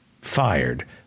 fired